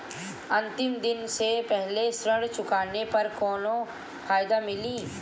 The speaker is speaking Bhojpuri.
अंतिम दिन से पहले ऋण चुकाने पर कौनो फायदा मिली?